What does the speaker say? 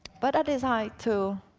but i desired to